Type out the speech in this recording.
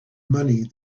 money